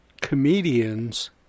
comedians